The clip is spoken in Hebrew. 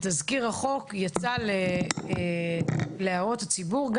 תזכיר החוק יצא להערות הציבור.